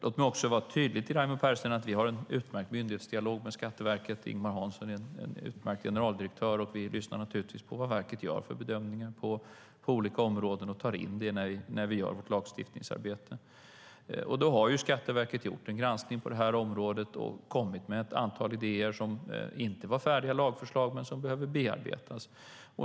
Låt mig vara tydlig, Raimo Pärssinen, med att vi har en utmärkt myndighetsdialog med Skatteverket. Ingemar Hansson är en utmärkt generaldirektör, och vi lyssnar naturligtvis på vad verket gör för bedömningar på olika områden och tar in det i vårt lagstiftningsarbete. Skatteverket har gjort en granskning på det här området och kommit med ett antal idéer som inte är färdiga lagförslag och som behöver bearbetas.